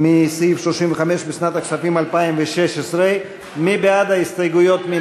מסעיף 35 לשנת הכספים 2016. מי בעד ההסתייגויות?